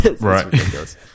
Right